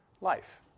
life